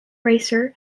racer